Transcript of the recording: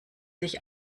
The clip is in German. sich